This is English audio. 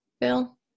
Bill